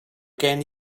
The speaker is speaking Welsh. gen